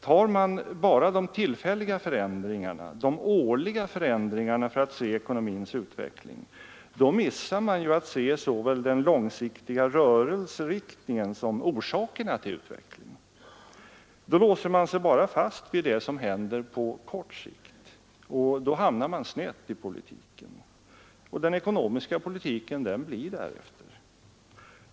Tar man med bara de tillfälliga, årliga förändringarna när det gäller att bedöma ekonomins utveckling, missar man ju såväl den långsiktiga rörelseriktningen som orsakerna till utvecklingen. Då låser man sig fast vid det som händer på kort sikt, och den ekonomiska politiken blir därefter.